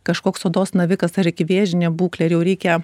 kažkoks odos navikas ar ikivėžinė būklėir jau reikia